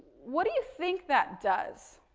what do you think that does?